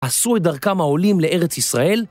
עשו את דרכם העולים לארץ ישראל?